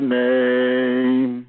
name